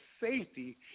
safety